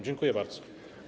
Dziękuję bardzo.